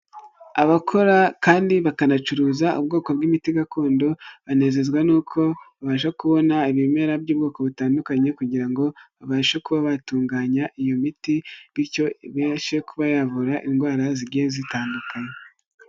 Abakora kandi bakanacuruza ubwoko bw'imiti gakondo banezezwa nuko babasha kubona ibimera by'ubwoko butandukanye kugira ngo babashe kuba batunganya iyo miti, bityo ibashe kuba yavura indwara zigiye zitandukanye.